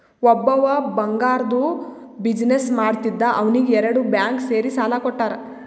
ಒಬ್ಬವ್ ಬಂಗಾರ್ದು ಬಿಸಿನ್ನೆಸ್ ಮಾಡ್ತಿದ್ದ ಅವ್ನಿಗ ಎರಡು ಬ್ಯಾಂಕ್ ಸೇರಿ ಸಾಲಾ ಕೊಟ್ಟಾರ್